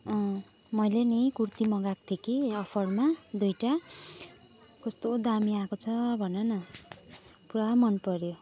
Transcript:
अँ मैले नि कुर्ती मगाएको थिएँ कि अफरमा दुइटा कस्तो दामी आएको छ भनन पुरा मन पर्यो